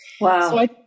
Wow